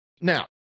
Now